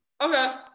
Okay